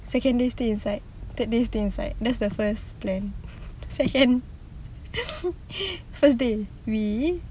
second day stay inside third day stay inside that's the first plan second first day we eat